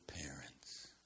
parents